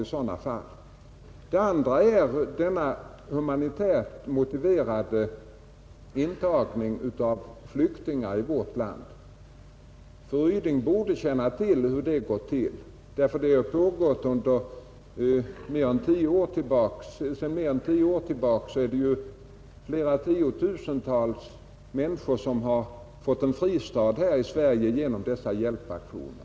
En annan sak är den humanitärt motiverade intagningen av flyktingar i vårt land. Fru Ryding borde känna till hur den går till, ty den har pågått sedan mer än 10 år tillbaka. Tiotusentals människor har under den tiden fått en fristad i Sverige genom dessa hjälpaktioner.